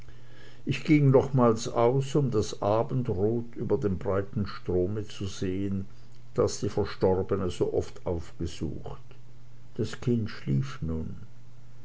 ich ging nochmals aus um das abendrot über dem breiten strome zu sehen das die verstorbene so oft aufgesucht das kind schlief nun